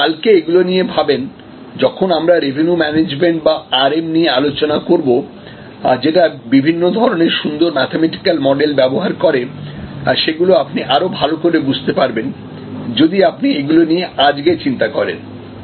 আপনি যদি কালকে এগুলো নিয়ে ভাবেন যখন আমরা রেভিনিউ ম্যানেজমেন্ট বা RM নিয়ে আলোচনা করব যেটা বিভিন্ন ধরনের সুন্দর ম্যাথমেটিক্যাল মডেল ব্যবহার করে সেগুলো আপনি আরো ভালো করে বুঝতে পারবেন যদি আপনি এগুলো নিয়ে আজকে চিন্তা করেন